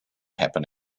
happen